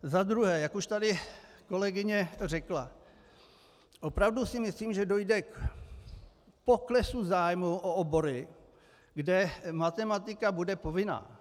Za druhé, jak už tady kolegyně řekla, opravdu si myslím, že dojde k poklesu zájmu o obory, kde matematika bude povinná.